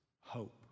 hope